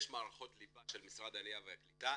יש מערכות ליבה של משרד העלייה והקליטה,